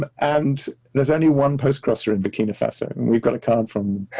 um and there's only one post crosser in burkina faso. and we've got a card from,